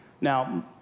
Now